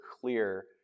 clear